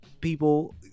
people